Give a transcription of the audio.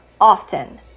often